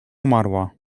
umarła